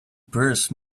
purse